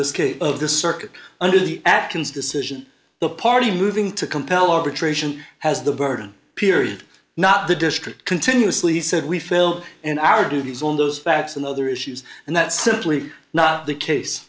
this case of the circuit under the atkins decision the party moving to compel arbitration has the burden period not the district continuously said we fill in our duties on those facts and other issues and that simply not the case